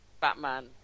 batman